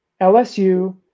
LSU